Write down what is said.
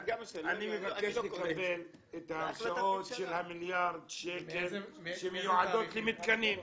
אני מבקש לקבל את ההרשאות של מיליארד שקל שמיועדות למתקנים.